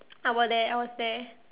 I were there I was there